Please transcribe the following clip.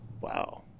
wow